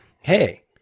Hey